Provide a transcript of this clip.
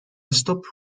stop